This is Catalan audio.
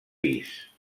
pis